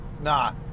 Nah